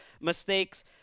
mistakes